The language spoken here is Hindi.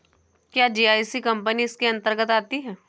क्या जी.आई.सी कंपनी इसके अन्तर्गत आती है?